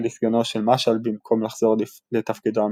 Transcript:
לסגנו של משעל במקום לחזור לתפקידו המקורי.